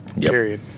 Period